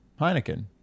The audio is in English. Heineken